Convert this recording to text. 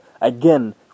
again